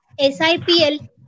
SIPL